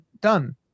done